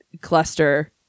cluster